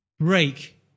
break